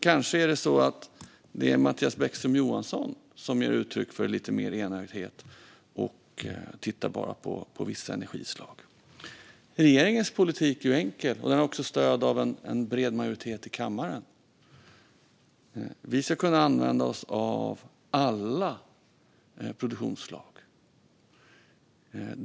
Kanske är det så att det är Mattias Bäckström Johansson som ger uttryck för lite mer enögdhet och bara tittar på vissa energislag. Regeringens politik är enkel, och den har stöd av en bred majoritet i kammaren. Vi ska kunna använda oss av alla produktionsslag.